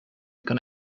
kan